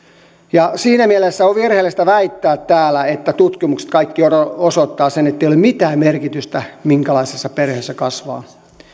ja siinä mielessä on virheellistä väittää täällä että kaikki tutkimukset osoittavat sen ettei ole mitään merkitystä minkälaisessa perheessä kasvaa